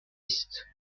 است